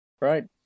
Right